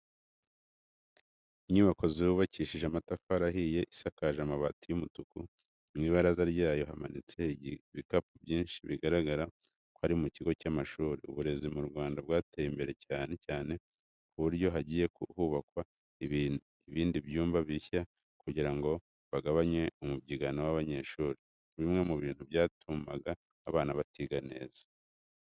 Inyubako zubakishije amatafari ahiye isakaje amabati y'umutuku, mu ibaraza ryayo hamanitse ibikapu byinshi bigaragara ko ari mu kigo cy'amashuri. Uburezi mu Rwanda bwateye imbere cyane ku buryo hagiye hubakwa ibindi byumba bishya kugira ngo bagabanye umubyigano w'abanyeshuiri, bimwe mu bintu byatumaga abana batiga neza.